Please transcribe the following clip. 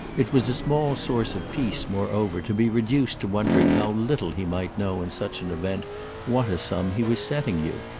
it was a small source of peace moreover to be reduced to wondering how little he might know in such an event what a sum he was setting you.